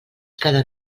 cada